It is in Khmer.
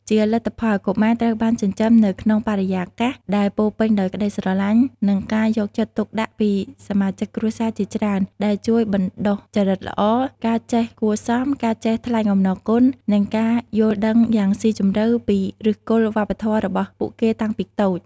ជាលទ្ធផល កុមារត្រូវបានចិញ្ចឹមនៅក្នុងបរិយាកាសដែលពោរពេញដោយក្ដីស្រឡាញ់ និងការយកចិត្តទុកដាក់ពីសមាជិកគ្រួសារជាច្រើន ដែលជួយបណ្ដុះចរិតល្អ ការចេះគួរសម ការចេះថ្លែងអំណរគុណ និងការយល់ដឹងយ៉ាងស៊ីជម្រៅពីឫសគល់វប្បធម៌របស់ពួកគេតាំងពីតូច។